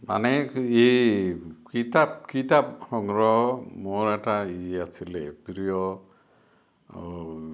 মানেই এই কিতাপ কিতাপ সংগ্ৰহ মোৰ এটা ই আছিলে প্ৰিয়